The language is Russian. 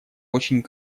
очень